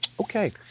Okay